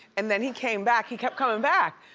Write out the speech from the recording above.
and then he came back, he kept coming back.